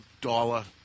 dollar